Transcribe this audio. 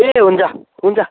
ए हुन्छ हुन्छ